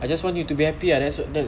I just want you to be happy ah that's